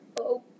Okay